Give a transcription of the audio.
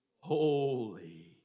holy